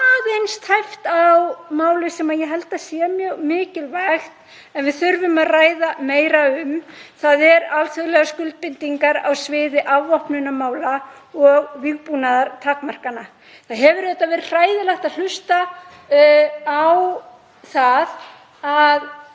aðeins tæpt á máli sem ég held að sé mjög mikilvægt og við þurfum að ræða meira um, það eru alþjóðlegar skuldbindingar á sviði afvopnunarmála og vígbúnaðartakmarkana. Það hefur auðvitað verið hræðilegt að hlusta á það að